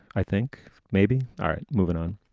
i think maybe. all right. moving on